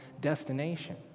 destination